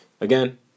Again